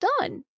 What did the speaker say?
done